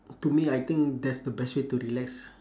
to me I think that's the best way to relax